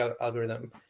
algorithm